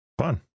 fun